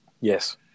Yes